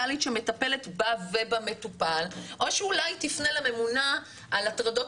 שמטפלת בה ובמטופל או שאולי תפנה לממונה על הטרדות,